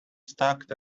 stacked